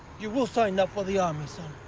you will sign up for the army, son.